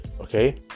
Okay